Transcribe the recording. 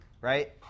Right